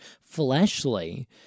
fleshly